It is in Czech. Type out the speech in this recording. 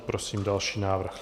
Prosím další návrh.